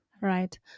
right